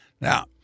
Now